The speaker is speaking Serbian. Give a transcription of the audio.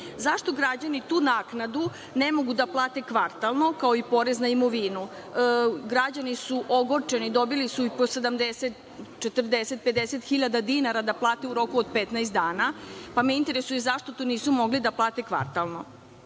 Zašto građani tu naknadu ne mogu da plate kvartalno, kao i porez na imovinu? Građani su ogorčeni. Dobili su i po 70, 40, 50 hiljada dinara da plate u roku od 15 dana, pa me interesuje zašto to nisu mogli da plate kvartalno?